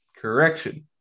correction